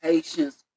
Patience